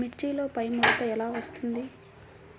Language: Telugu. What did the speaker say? మిర్చిలో పైముడత ఎలా వస్తుంది?